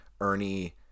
Ernie